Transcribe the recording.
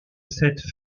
cette